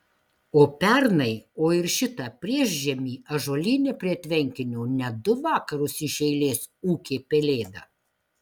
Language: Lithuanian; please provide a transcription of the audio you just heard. o pernai o ir šitą priešžiemį ąžuolyne prie tvenkinio net du vakarus iš eilės ūkė pelėda